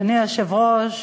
אדוני היושב-ראש,